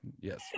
yes